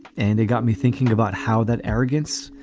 and they got me thinking about how that arrogance,